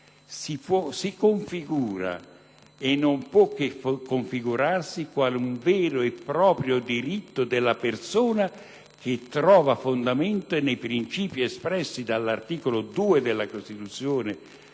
si configura, e non può che configurarsi, quale vero e proprio diritto della persona, che trova fondamento nei principi espressi dall'articolo 2 della Costituzione,